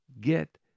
get